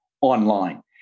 online